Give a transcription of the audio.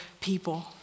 people